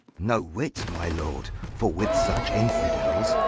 no whit, my lord for with such infidels,